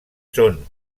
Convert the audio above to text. són